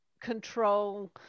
control